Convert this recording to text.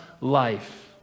life